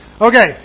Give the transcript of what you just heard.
Okay